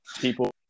people